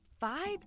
five